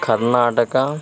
Karnataka